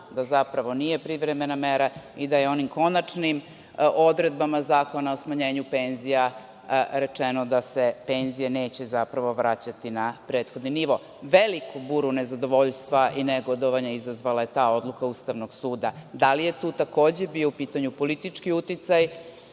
a znamo da nije privremena mera i da je konačnim odredbama Zakona o smanjenju penzija rečeno da se penzije neće vraćati na prethodni nivo. Veliku buru nezadovoljstva i negodovanja izazvala je ta odluka Ustavnog suda. Da li je tu, takođe, bio politički uticaj,